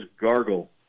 gargle